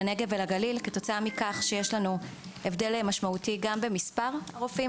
לנגב ולגליל כתוצאה מכך שיש לנו הבדל ניכר גם במספר הרופאים